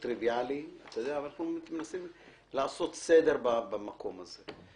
טריוויאלי, אבל אנחנו מנסים לעשות סדר במקום הזה.